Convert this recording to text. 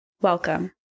Welcome